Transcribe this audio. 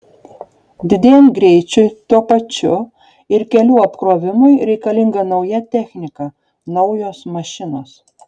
didėjant greičiui tuo pačiu ir kelių apkrovimui reikalinga nauja technika naujos mašinos